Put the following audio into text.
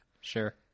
Sure